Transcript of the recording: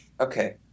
Okay